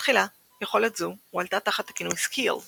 בתחילה, יכולת זו הועלתה תחת הכינוי SKILLS